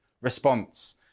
response